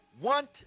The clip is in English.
want